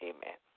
Amen